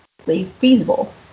feasible